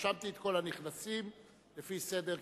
רשמתי את כל הנכנסים לפי סדר כניסתם.